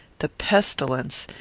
the pestilence,